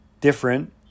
different